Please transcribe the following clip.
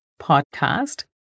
podcast